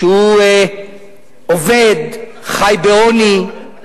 שהוא עובד, חי בעוני.